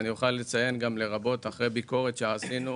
אני אוכל לציין גם לרבות אחרי ביקורת שעשינו